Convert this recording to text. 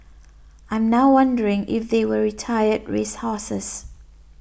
I'm now wondering if they were retired race horses